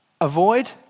avoid